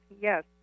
yes